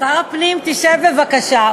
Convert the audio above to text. שר הפנים, תשב בבקשה.